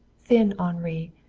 thin henri,